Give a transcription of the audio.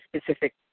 specific